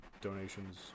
donations